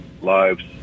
lives